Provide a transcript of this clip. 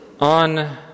on